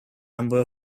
number